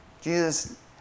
Jesus